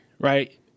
right